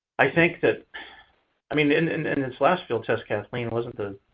i think that i mean, in in this last field test, kathleen, wasn't the